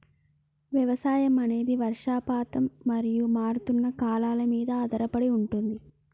వ్యవసాయం అనేది వర్షపాతం మరియు మారుతున్న కాలాల మీద ఆధారపడి ఉంటది